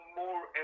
more